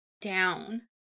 down